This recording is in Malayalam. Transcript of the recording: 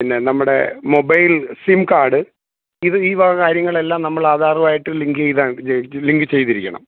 പിന്നെ നമ്മുടെ മൊബൈൽ സിം കാഡ് ഇത് ഈ വക കാര്യങ്ങളെല്ലാം നമ്മൾ ആധാറുവായിട്ട് ലിങ്ക് ചെയ്ത ഇത് ലിങ്ക് ചെയ്തിരിക്കണം